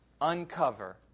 uncover